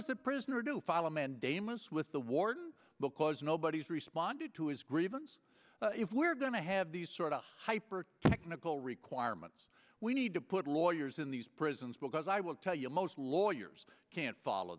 is the prisoner do file mandamus with the warden because nobody's responded to his grievance if we're going to have these sort of hyper technical requirements we need to put lawyers in these prisons because i will tell you most lawyers can't follow